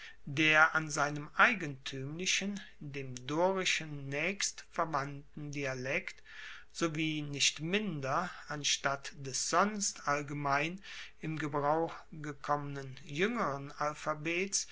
der an seinem eigentuemlichen dem dorischen naechst verwandten dialekt sowie nicht minder anstatt des sonst allgemein in gebrauch gekommenen juengeren alphabets